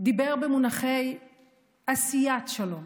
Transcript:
דיבר במונחי עשיית שלום,